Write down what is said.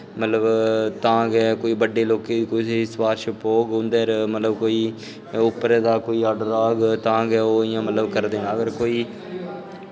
मतलब तां गै कोई बड्डे लोकें दी सफारश पौह्ग उं'दे पर कोई उप्परा दा कोई आर्डर औग तां गै ओह् करदे न